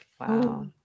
Wow